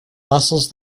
muscles